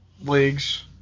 leagues